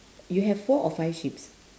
you have four or five sheeps